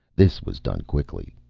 this was done quickly.